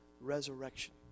resurrection